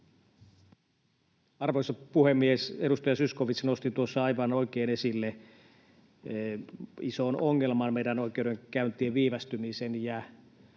Arvoisa puhemies! Edustaja Zyskowicz nosti tuossa aivan oikein esille ison ongelman, meidän oikeudenkäyntien viivästymisen.